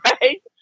right